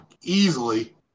easily